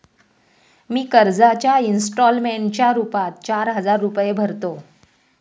मी कर्जाच्या इंस्टॉलमेंटच्या रूपात चार हजार रुपये भरतो